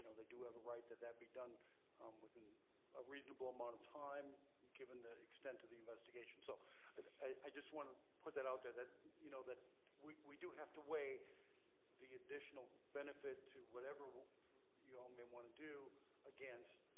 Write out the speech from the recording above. they do have a right to that be done within a reasonable amount of time, given the extent of the investigation. so i just want to put that out there, that you know that we we do have to weigh the additional benefit to whatever you all may want to do against,